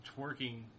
twerking